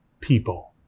people